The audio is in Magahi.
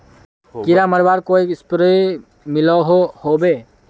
कीड़ा मरवार कोई स्प्रे मिलोहो होबे?